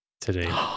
today